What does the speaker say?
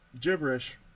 gibberish